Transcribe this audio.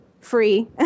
free